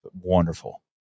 wonderful